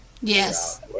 Yes